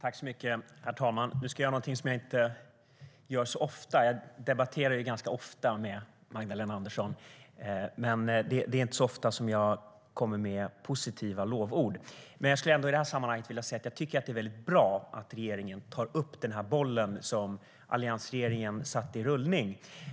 Herr talman! Nu ska jag göra någonting som jag inte gör så ofta. Jag debatterar ganska ofta med Magdalena Andersson, men det är inte så ofta som jag kommer med lovord. Men jag skulle i detta sammanhang vilja säga att jag tycker att det är väldigt bra att regeringen fortsätter med det som alliansregeringen satte i rullning.